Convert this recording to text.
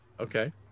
Okay